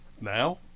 now